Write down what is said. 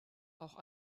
auch